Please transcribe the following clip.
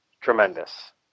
tremendous